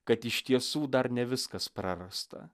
kad iš tiesų dar ne viskas prarasta